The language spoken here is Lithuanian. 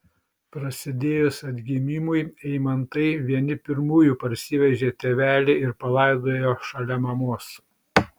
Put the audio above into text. prasidėjus atgimimui eimantai vieni pirmųjų parsivežė tėvelį ir palaidojo šalia mamos